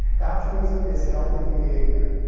altruism is helping behavior.